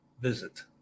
visit